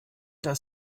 das